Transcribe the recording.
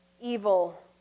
evil